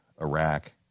Iraq